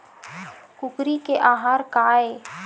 कुकरी के आहार काय?